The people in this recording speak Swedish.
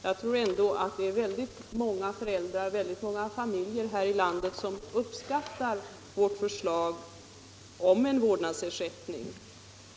Jag tror ändå att det är många familjer här i landet som uppskattar vårt förslag om vårdnadsersättning.